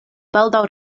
baldaŭ